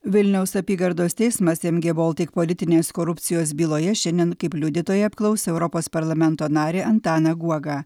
vilniaus apygardos teismas mg baltic politinės korupcijos byloje šiandien kaip liudytoją apklaus europos parlamento narį antaną guogą